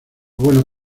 bueno